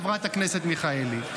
חברת הכנסת מיכאלי.